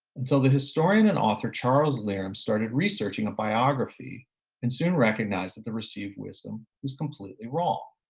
until the historian and author charles learson started researching a biography and soon recognized that the received wisdom was completely wrong.